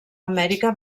amèrica